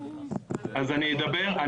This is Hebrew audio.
אנחנו רואים באותה